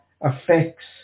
affects